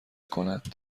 کنند